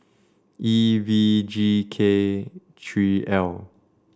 E V G K three L